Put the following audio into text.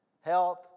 health